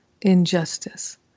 injustice